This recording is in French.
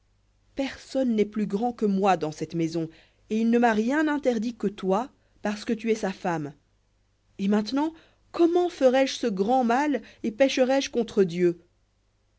personne n'est plus grand que moi dans cette maison et il ne m'a rien interdit que toi parce que tu es sa femme et comment ferais-je ce grand mal et pécherais je contre dieu